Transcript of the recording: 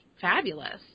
fabulous